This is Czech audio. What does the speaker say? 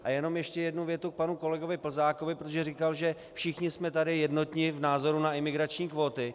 A jenom ještě jednu větu k panu kolegovi Plzákovi, protože říkal, že všichni jsme tady jednotní v názoru na imigrační kvóty.